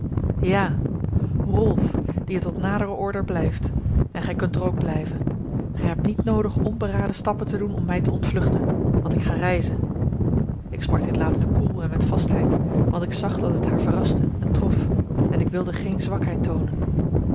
ja rolf die er tot nadere order blijft en gij kunt er ook blijven gij hebt niet noodig onberaden stappen te doen om mij te ontvluchten want ik ga reizen ik sprak dit laatste koel en met vastheid want ik zag dat het haar verraste en trof en ik wilde geen zwakheid toonen